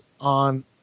on